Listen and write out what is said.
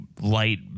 light